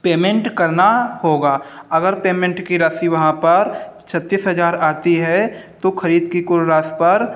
payment करना होगा अगर पेमेंट की राशि वहाँ पर छत्तीस हज़ार आती है तो खरीद की कुल राशि पर